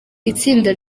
itsinda